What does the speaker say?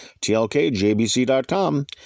tlkjbc.com